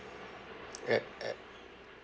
at at